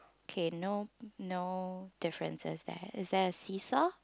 okay no no differences there is there a seesaw